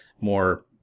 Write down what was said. more